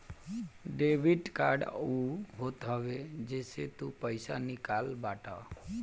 debit card उ होत हवे जेसे तू पईसा निकालत बाटअ